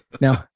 Now